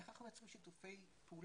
איך אנחנו מייצרים שיתופי פעולה,